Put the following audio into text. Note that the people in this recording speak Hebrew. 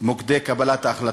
מוקדי קבלת ההחלטות.